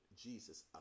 Jesus